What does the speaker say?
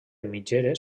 mitgeres